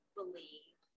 believe